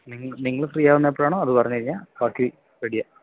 നിങ്ങൾ ഫ്രീ ആവുന്നത് എപ്പോഴാണോ അത് പറഞ്ഞ് കഴിഞ്ഞാൽ ബാക്കി റെഡിയാ